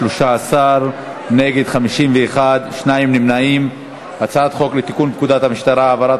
להסיר מסדר-היום את הצעת חוק לתיקון פקודת המשטרה (העברת